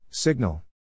Signal